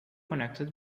connected